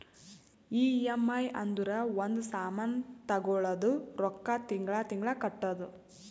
EMI ಅಂದುರ್ ಒಂದ್ ಸಾಮಾನ್ ತಗೊಳದು ರೊಕ್ಕಾ ತಿಂಗಳಾ ತಿಂಗಳಾ ಕಟ್ಟದು